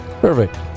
Perfect